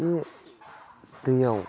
बे दैआव